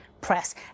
press